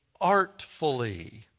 artfully